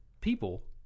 people